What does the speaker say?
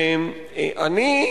אני,